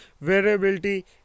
variability